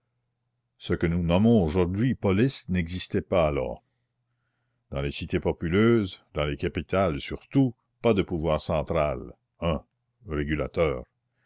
ce que nous nommons aujourd'hui police n'existait pas alors dans les cités populeuses dans les capitales surtout pas de pouvoir central un régulateur